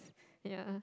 yeah